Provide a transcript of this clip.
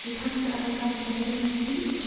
wie kannst du aber sagen daß er dich nicht liebt